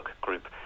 group